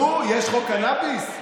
ולחשוב שפעם הזדעזענו